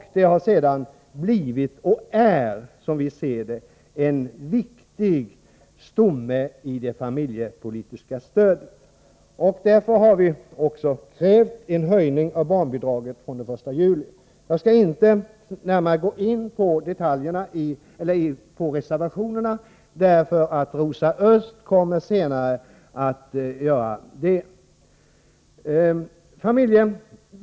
Barnbidraget har sedan blivit och är, som vi ser det, stommen i det familjepolitiska stödet. Därför har vi också krävt en höjning av barnbidraget från den 1 juli. Jag skall inte närmare gå in på reservationerna, därför att Rosa Östh kommer att göra det senare i debatten.